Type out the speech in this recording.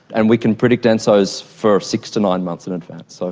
and we can predict ensos for six to nine months in advance. ah